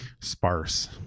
sparse